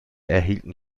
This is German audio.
erhielten